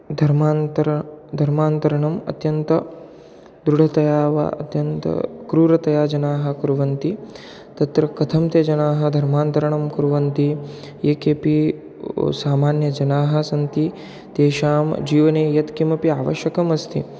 धर्मान्तरं धर्मान्तरणम् अत्यन्तदृढतया वा अत्यन्तक्रूरतया जनाः कुर्वन्ति तत्र कथं ते जनाः धर्मान्तरणं कुर्वन्ति ये केपि सामान्यजनाः सन्ति तेषां जीवने यत्किमपि आवश्यकमस्ति